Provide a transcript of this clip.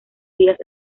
vías